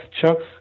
Chuck's